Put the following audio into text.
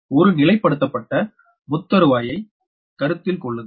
ஒரு நிலைப்படுத்தப்பட்ட முத்தருவாய்முறையை கருத்தில் கொள்ளுங்கள்